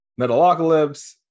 metalocalypse